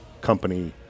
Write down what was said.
company